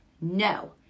No